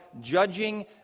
judging